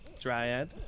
dryad